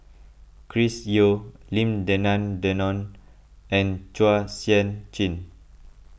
Chris Yeo Lim Denan Denon and Chua Sian Chin